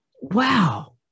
wow